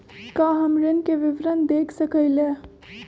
का हम ऋण के विवरण देख सकइले?